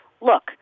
look